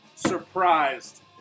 Surprised